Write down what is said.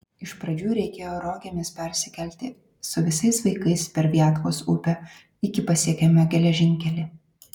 iš pradžių reikėjo rogėmis persikelti su visais vaikais per viatkos upę iki pasiekėme geležinkelį